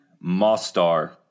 Mostar